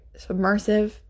Submersive